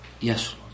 Yes